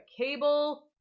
cable